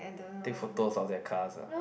take photos of that cars ah